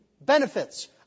benefits